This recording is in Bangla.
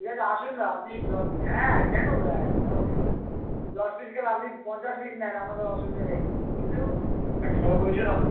ঠিক আছে আসুন না আপনি দশ হ্যাঁ কেন দেওয়া যাবে না উফ দশ পিস কেন আপনি পঞ্চাশ পিস নেন আমাদের অসুবিধা নেই কিন্তু একটা কথা বলি শুনুন